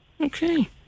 Okay